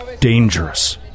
dangerous